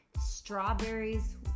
strawberries